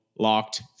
locked